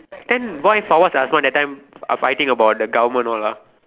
then why Fawaz and Hazwan that time are fighting about the government all ah